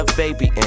baby